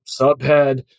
subhead